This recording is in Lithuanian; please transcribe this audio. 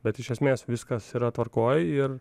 bet iš esmės viskas yra tvarkoj ir